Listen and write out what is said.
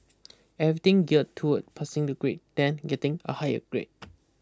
everything geared toward passing the grade then getting a higher grade